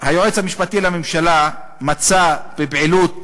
שהיועץ המשפטי לממשלה מצא בפעילות